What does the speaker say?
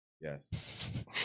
Yes